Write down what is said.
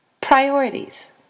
Priorities